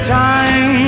time